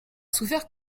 souffert